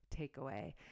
takeaway